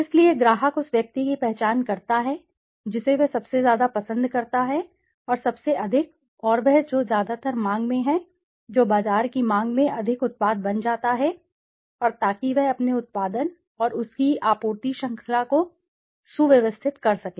इसलिए ग्राहक उस व्यक्ति की पहचान करता है जिसे वह सबसे ज्यादा पसंद करता है और सबसे अधिक और वह जो ज्यादातर मांग में है जो बाजार की मांग में अधिक उत्पाद बन जाता है और ताकि वह अपने उत्पादन और उसकी आपूर्ति श्रृंखला को सुव्यवस्थित कर सके